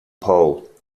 pole